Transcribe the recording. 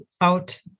out